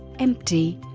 empty,